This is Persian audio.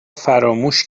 فراموش